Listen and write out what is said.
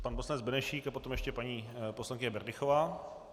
Pan poslanec Benešík a potom ještě paní poslankyně Berdychová.